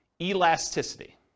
elasticity